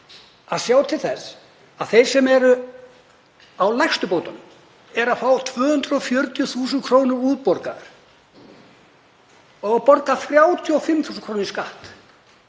að sjá til þess að þeir sem eru á lægstu bótunum, eru að fá 240.000 kr. útborgaðar og borga 35.000 kr. í skatt